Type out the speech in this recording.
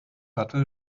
hatte